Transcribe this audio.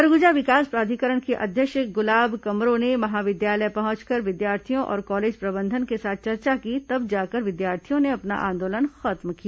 सरगुजा विकास प्राधिकरण की अध्यक्ष गुलाब कमरो ने महाविद्यालय पहुंचकर विद्यार्थियों और कॉलेज प्रबंधन के साथ चर्चा की तब जाकर विद्यार्थियों ने अपना आंदोलन खत्म किया